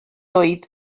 oedd